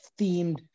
themed